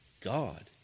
God